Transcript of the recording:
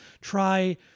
Try